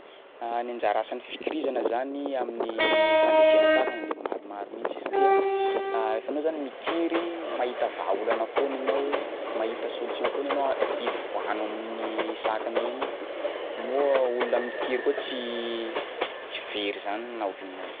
Ny anjara asan'ny fikirizana zany amin'ny fandresena sakana de maromaro mihitsy satria rehefa anao zany mikiry mahita vahaolona foana ianao, mahita solution foana ianao, ivoahanao amin'igny sakana iny, moa olona mikiry koa tsy tsy very zany na oviana na oviana.